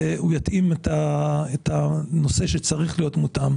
הוא יתאים את הנושא שצריך להיות מותאם,